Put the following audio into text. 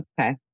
okay